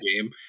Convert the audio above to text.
game